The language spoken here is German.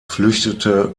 flüchtete